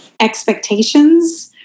expectations